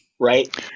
Right